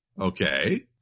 okay